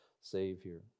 Savior